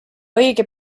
õige